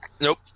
Nope